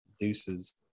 Deuces